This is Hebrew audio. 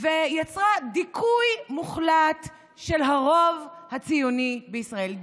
ויצרה דיכוי מוחלט של הרוב הציוני בישראל,